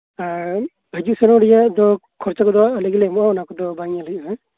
ᱟᱨ ᱦᱟᱡᱩᱜ ᱥᱮᱱᱚᱜ ᱨᱮᱭᱟᱜ ᱫᱚ ᱠᱷᱚᱨᱪᱟ ᱠᱚᱫᱚ ᱟᱞᱮᱜᱮᱞᱮ ᱮᱢᱚᱜᱼᱟ ᱚᱱᱟ ᱠᱚᱫᱚ ᱵᱟᱝ ᱧᱮᱞ ᱦᱩᱭᱩᱜᱼᱟ